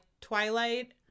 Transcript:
Twilight